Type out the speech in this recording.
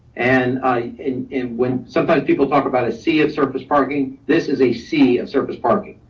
and and and when sometimes people talk about a sea of surface parking, this is a sea of surface parking,